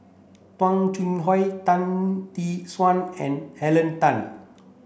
Tung Chye Hong Tan Tee Suan and Henn Tan